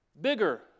bigger